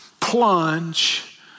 plunge